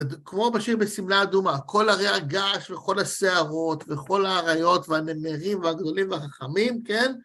כמו בשיר בשמלה אדומה, כל ערי הגעש, וכל הסערות, וכל האריות, והנמרים והגדולים והחכמים, כן?